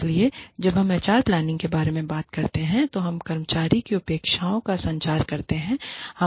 इसलिए जब हम एचआर प्लानिंग के बारे में बात करते हैं तो हम कर्मचारी से अपेक्षाओं का संचार करते हैं